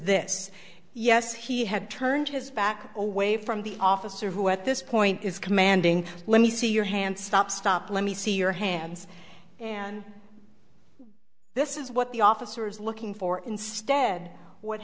this yes he had turned his back away from the officer who at this point is commanding let me see your hand stop stop let me see your hands and this is what the officer is looking for instead what